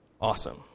awesome